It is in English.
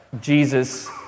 Jesus